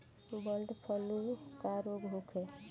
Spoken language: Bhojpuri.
बडॅ फ्लू का रोग होखे?